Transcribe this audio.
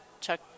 chuck